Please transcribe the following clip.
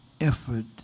effort